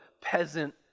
peasant